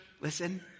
listen